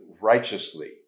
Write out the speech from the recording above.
righteously